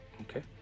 Okay